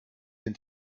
den